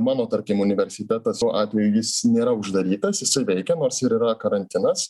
mano tarkim universitetas o atveju jis nėra uždarytas jisai veikia nors ir yra karantinas